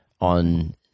on